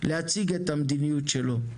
להציג את המדיניות שלו.